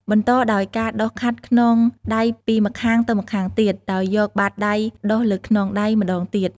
បន្តដោយការដុសខាត់ខ្នងដៃពីម្ខាងទៅម្ខាងទៀត ដោយយកបាតដៃម្ខាងដុសលើខ្នងដៃម្ខាងទៀត។